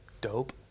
Dope